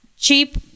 cheap